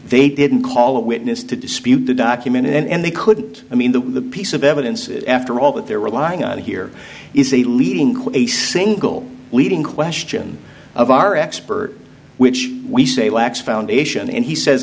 they didn't call a witness to dispute the document and they couldn't i mean the piece of evidence after all that they're relying on here is a leading quickly sink leading question of our expert which we say lacks foundation and he says